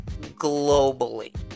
globally